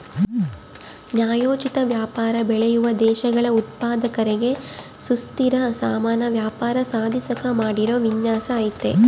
ನ್ಯಾಯೋಚಿತ ವ್ಯಾಪಾರ ಬೆಳೆಯುವ ದೇಶಗಳ ಉತ್ಪಾದಕರಿಗೆ ಸುಸ್ಥಿರ ಸಮಾನ ವ್ಯಾಪಾರ ಸಾಧಿಸಾಕ ಮಾಡಿರೋ ವಿನ್ಯಾಸ ಐತೆ